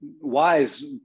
Wise